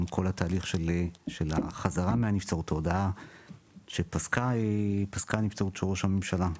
גם כל התהליך של החזרה מהנבצרות או הודעה שפסקה נבצרות של ראש הממשלה,